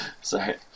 Sorry